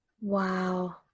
Wow